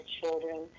children